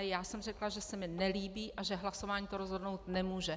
Já jsem řekla, že se mi nelíbí a že hlasování to rozhodnout nemůže.